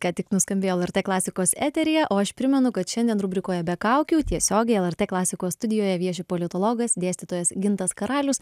ką tik nuskambėjo lrt klasikos eteryje o aš primenu kad šiandien rubrikoje be kaukių tiesiogiai lrt klasikos studijoje vieši politologas dėstytojas gintas karalius